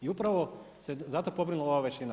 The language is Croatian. I upravo se za to pobrinula ova većina.